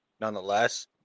Nonetheless